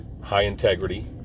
high-integrity